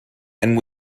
and